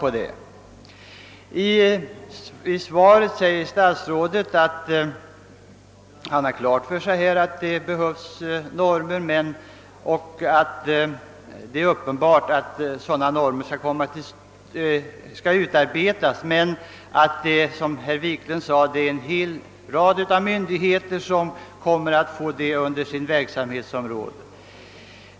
I sitt svar säger statsrådet att han har klart för sig att normer behövs och att sådana också skall utarbetas. Som herr Wiklund i Stockholm nämnde kommer en hel rad av myndigheter att beröras av denna verksamhet.